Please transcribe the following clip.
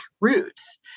roots